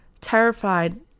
terrified